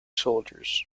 soldiers